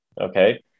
okay